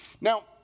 Now